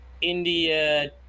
India